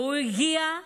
הגיע,